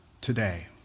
today